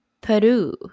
Peru